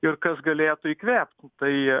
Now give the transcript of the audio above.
ir kas galėtų įkvėpt tai